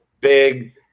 big